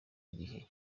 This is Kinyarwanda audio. gihe